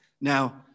Now